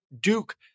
Duke